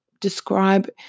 describe